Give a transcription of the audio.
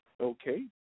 Okay